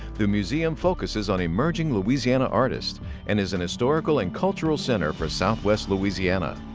the museum focuses on emerging louisiana artists and is an historical and cultural center for southwest louisiana.